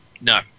no